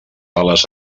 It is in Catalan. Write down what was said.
ales